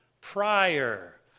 Prior